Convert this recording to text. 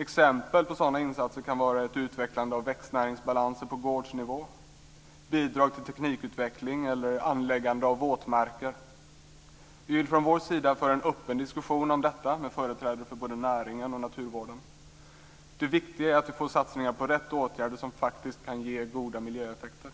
Exempel på sådana insatser kan vara ett utvecklande av växtnäringsbalanser på gårdsnivå, bidrag till teknikutveckling eller anläggande av våtmarker. Vi vill från vår sida föra en öppen diskussion om detta med företrädare för både näringen och naturvården. Det viktiga är att vi får satsningar på rätt åtgärder som faktiskt kan ge goda miljöeffekter.